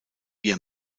ihr